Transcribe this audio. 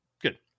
Good